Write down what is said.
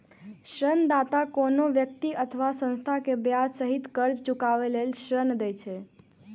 ऋणदाता कोनो व्यक्ति अथवा संस्था कें ब्याज सहित कर्ज चुकाबै लेल ऋण दै छै